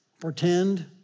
Pretend